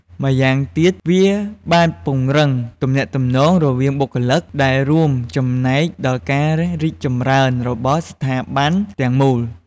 ម្យ៉ាងទៀត វាបានពង្រឹងទំនាក់ទំនងរវាងបុគ្គលិក ដែលរួមចំណែកដល់ការរីកចម្រើនរបស់ស្ថាប័នទាំងមូល។